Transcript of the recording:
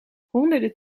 honderden